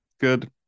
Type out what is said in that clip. good